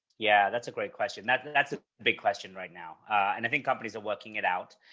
yeah, that's a great question. that's that's a big question right now. and i think companies are working it out.